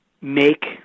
make